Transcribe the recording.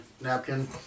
napkin